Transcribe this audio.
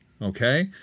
Okay